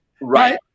Right